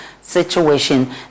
situation